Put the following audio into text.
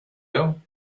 you